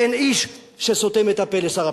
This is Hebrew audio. ואין איש שסותם את הפה לשר הפנים.